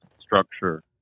structure